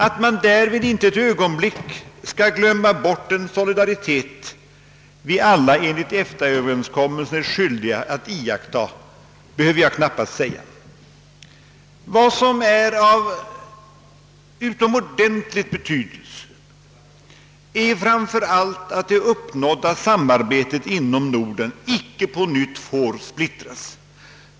Att man därvid inte ett ögonblick skall glömma bort den solidaritet vi alla enligt EFTA-överenskommelsen är skyldiga att iaktta, behöver jag knappast säga. Av utomordentligt stor betydelse är framför allt att det uppnådda samarbetet inom Norden icke på nytt splittras.